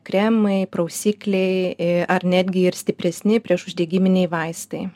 kremai prausikliai ar netgi ir stipresni priešuždegiminiai vaistai